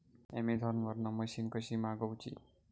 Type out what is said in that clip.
Amazon वरन machine कशी मागवची?